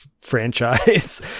franchise